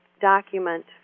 document